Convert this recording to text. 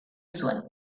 zuen